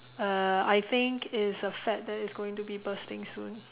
uh I think is a fad that is going to be bursting soon